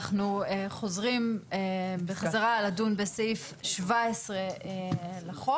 אנחנו חוזרים בחזרה לדון בסעיף 17 לחוק.